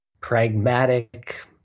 pragmatic